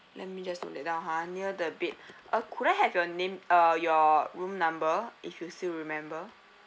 let me just note that ha near the bed uh could I have your name uh your room number if you still remember